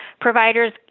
providers